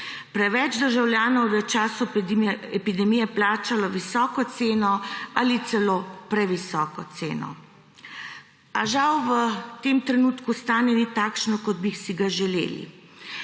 Preveč državljanov v času epidemije je plačalo visoko ceno ali celo previsoko ceno. A žal v tem trenutku stanje ni takšno, kot bi si ga želeli.